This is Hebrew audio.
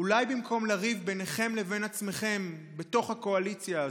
אולי במקום לריב ביניכם לבין עצמכם בתוך הקואליציה הזאת,